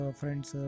friends